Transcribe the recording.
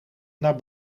naar